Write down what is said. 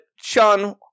Sean